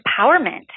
empowerment